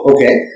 Okay